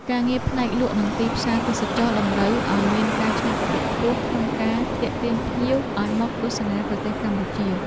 ការងារផ្នែកលក់និងទីផ្សារទេសចរណ៍តម្រូវឱ្យមានការច្នៃប្រឌិតខ្ពស់ក្នុងការទាក់ទាញភ្ញៀចឱ្យមកទស្សនាប្រទេសកម្ពុជា។